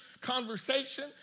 conversation